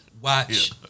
Watch